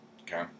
Okay